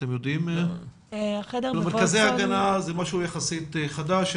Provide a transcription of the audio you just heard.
כי מרכזי ההגנה זה משהו יחסית חדש,